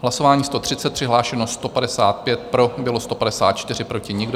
Hlasování číslo 130, přihlášeno 155, pro bylo 154, proti nikdo.